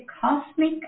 cosmic